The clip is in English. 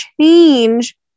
change